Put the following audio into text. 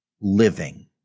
living